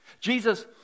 Jesus